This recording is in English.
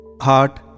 Heart